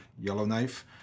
Yellowknife